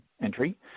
entry